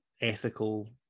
ethical